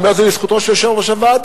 אני אומר את זה לזכותו של יושב-ראש הוועדה,